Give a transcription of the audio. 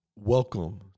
Welcome